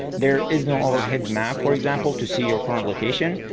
there is no overhead map, for example to see your current location.